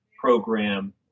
program